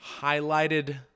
highlighted